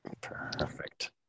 Perfect